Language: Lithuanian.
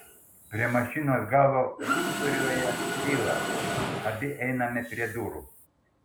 prie mašinos galo lūkuriuoja lila abi einame prie durų